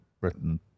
Britain